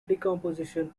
decomposition